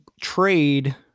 trade